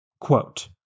Quote